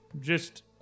just-